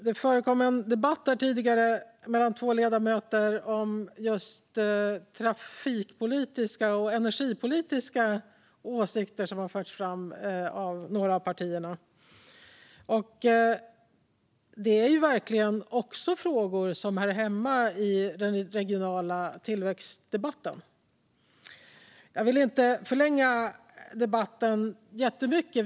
Det förekom en debatt här tidigare mellan två ledamöter om trafikpolitiska och energipolitiska åsikter som förts fram av några av partierna. Det är verkligen frågor som hör hemma i den regionala tillväxtdebatten. Jag vill inte förlänga debatten jättemycket.